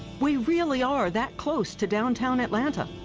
we really are that close to downtown atlanta.